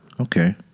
Okay